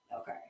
Okay